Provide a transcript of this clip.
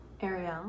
Ariel